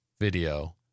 video